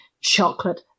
chocolate